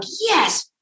yes